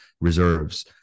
reserves